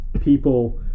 people